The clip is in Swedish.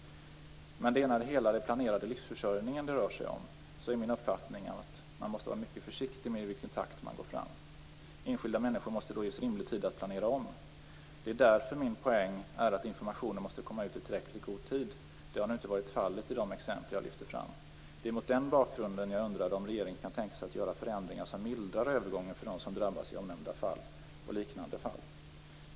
Men när det är hela den planerade livsförsörjningen det rör sig om är min uppfattning att man måste vara mycket försiktig med i vilken takt man går fram. Enskilda människor måste då ges rimlig tid att planera om. Det är därför min poäng är att informationen måste komma ut i tillräckligt god tid. Det har nu inte varit fallet i de exempel jag lyfte fram. Det var mot den bakgrunden jag undrade om regeringen kan tänka sig att göra förändringar som mildrar övergången för dem som drabbas i omnämnda och liknande fall.